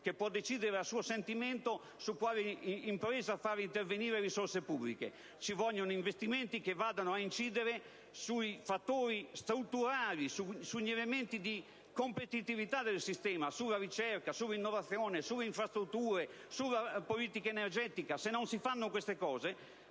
che può decidere a suo piacimento su quale impresa far confluire risorse pubbliche. Ci vogliono investimenti che vadano ad incidere sui fattori strutturali, sugli elementi di competitività del sistema, sulla ricerca, sull'innovazione, sulle infrastrutture, sulla politica energetica. Se non si fanno queste cose